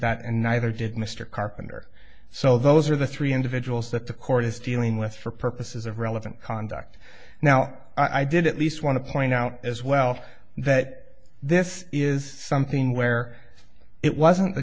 and neither did mr carpenter so those are the three individuals that the court is dealing with for purposes of relevant conduct now i did at least want to point out as well that this is something where it wasn't the